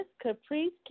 Caprice